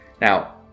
now